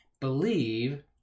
believe